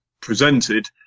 presented